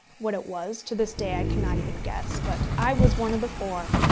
what it was, to this day i cannot even guess but i was one of the four,